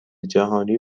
جهانی